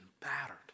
battered